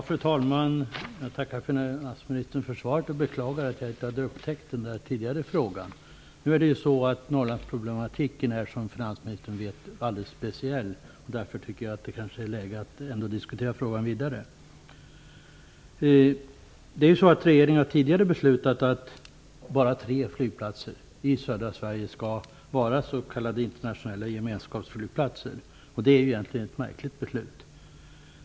Fru talman! Jag tackar finansministern för svaret och beklagar att jag inte hade upptäckt den tidigare ställda frågan. Norrlandsproblematiken är, som finansministern vet, mycket speciell, och jag tycker därför ändå att det är läge för att diskutera frågan vidare. Regeringen har tidigare beslutat att bara tre flygplatser i södra Sverige skall vara s.k. internationella gemenskapsflygplatser, och det är ett märkligt beslut.